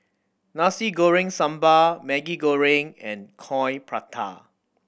Nasi Goreng Sambal Maggi Goreng and Coin Prata